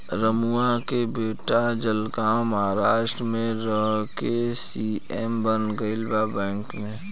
रमुआ के बेटा जलगांव महाराष्ट्र में रह के सी.ए बन गईल बा बैंक में